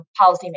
policymakers